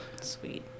Sweet